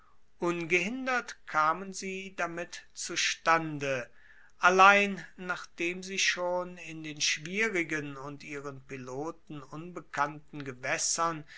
ungehindert kamen sie damit zustande allein nachdem sie schon in den schwierigen und ihren piloten unbekannten gewaessern